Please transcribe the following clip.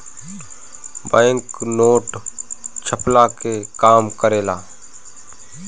bank note छ्पला के काम करेला